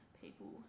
people